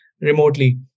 remotely